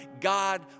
God